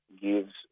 gives